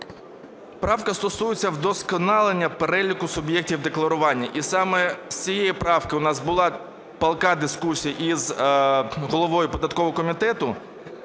Правка стосується вдосконалення переліку суб'єктів декларування. І саме з цієї правки у нас була палка дискусія із головою податкового комітету.